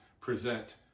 present